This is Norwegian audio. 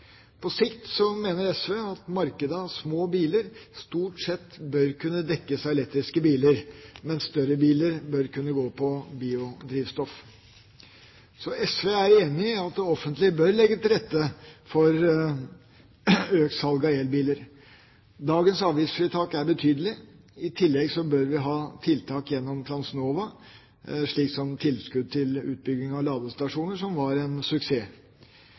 På sikt mener SV at markedet av små biler stort sett bør kunne dekkes av elektriske biler, mens større biler bør kunne gå på biodrivstoff. Så SV er enig i at det offentlige bør legge til rette for økt salg av elbiler. Dagens avgiftsfritak er betydelig. I tillegg bør vi ha tiltak gjennom Transnova, slik som tilskudd til utbygging av ladestasjoner, som var en suksess.